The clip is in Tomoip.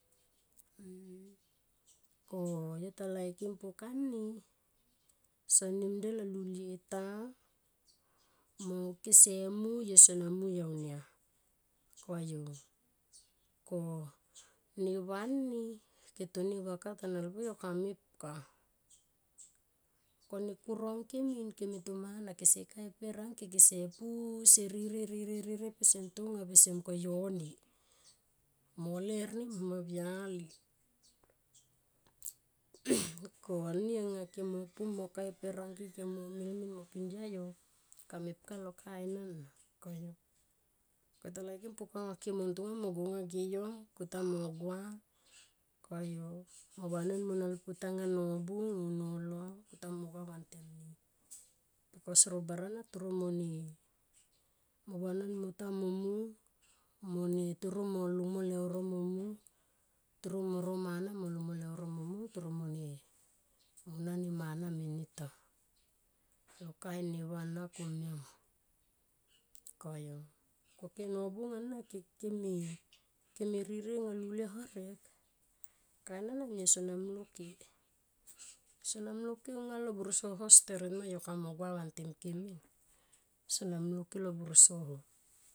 ko yota laikim pukani sonimdela lulie ta mo kese mui yosona mui aunia koyu, ko neva ani ketonivaka ta nalpuyo kamepka kurongke min keme tomana kese kae e per angka kese pu se ririe, ririe per kese ntonga kese mungkone yoni mo ler nema auyali ko ani anga kemo pu mo kae e per angke ke mo mil min mo pindia yo kamepka lo kain ana koyu kota laikim puk anga ke montonga mo go anga ge yo kuta mo gua koyu mo vanon mo nalputa anga nobung nolo kuta mo gua vantem ni bikos ro barana mo vanon mo ta mo mung mone toro mo lungmo leuro mo mung toro moro mana toro mone lungmo leuro mo mung toro mone na mana mene ta lo kain neva ana komiama koyu koke nobung ana keme, keme ririe angalulie horek kain ana yosona mlol ke sona mlol ke aungalo bursoho steret ma yo kamo gua vantem ke sona mlolke lo bursoho.